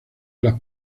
las